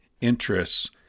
interests